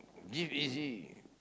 give easy